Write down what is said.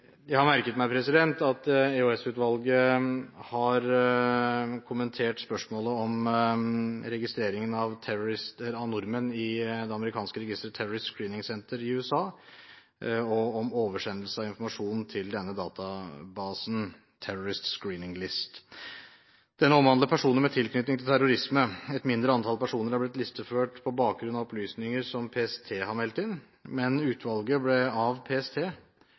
Jeg har merket meg at EOS-utvalget har kommentert spørsmålet om registreringen av nordmenn i det amerikanske registeret Terrorist Screening Center i USA og om oversendelse av informasjon til denne databasen – Terrorist Screening List. Denne omhandler personer med tilknytning til terrorisme. Et mindre antall personer har blitt listeført på bakgrunn av opplysninger som PST har meldt inn, men utvalget ble av PST